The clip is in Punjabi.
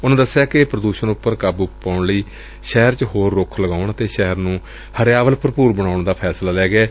ਉਨੂਾ ਦਸਿਆ ਕਿ ਪ੍ਰਦੁਸ਼ਣ ਉਪਰ ਕਾਬੂ ਪਾਉਣ ਲਈ ਸ਼ਹਿਰ ਚ ਹੋਰ ਰੁੱਖ ਲਗਾਉਣ ਅਤੇ ਸ਼ਹਿਰ ਨੂੰ ਹਰਿਆਵਲ ਭਰਪੂਰ ਬਣਾਉਣ ਦਾ ਫੈਸਲਾ ਵੀ ਲਿਆ ਗਿਐ